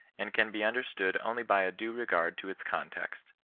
and can be understood only by a due regard to its context.